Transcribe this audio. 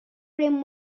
brim